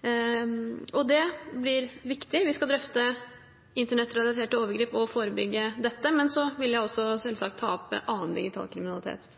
Det blir viktig. Vi skal drøfte internettrelaterte overgrep og å forebygge disse, men jeg vil selvsagt også ta opp annen digital kriminalitet.